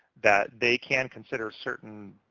that they can consider certain,